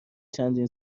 چندین